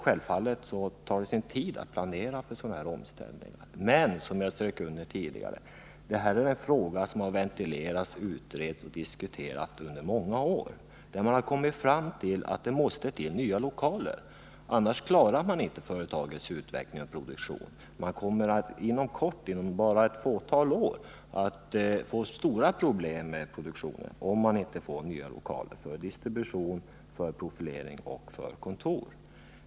Naturligtvis tar det tid att planera för sådana här omställningar, men detta är — som jag underströk tidigare — en fråga som har ventilerats, utretts och diskuterats under många år. Man har kommit fram till att det måste bli nya lokaler, ty annars klarar man inte företagets utveckling och produktion. Inom ett fåtal år kommer det att uppstå stora problem med produktionen, om man inte får nya lokaler för distribution, profilering och kontor.